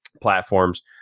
platforms